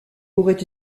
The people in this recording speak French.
aurait